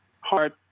hard